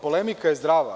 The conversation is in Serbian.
Polemika je zdrava.